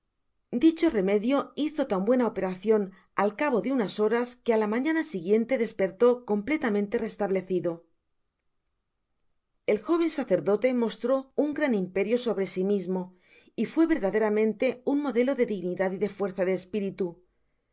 dicho remedio hizo tan buena operacion al cabo de algunas horas que á la mañana siguiente despertó completamente restablecido el jóven sacerdote mostró un gran imperio sobre si mimo y fué verdaderamante un mode lo de dignidad y de fuerza de espiritu en